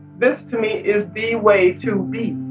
this, to me, is the way to be.